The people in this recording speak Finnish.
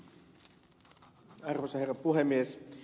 arvoisa herra puhemies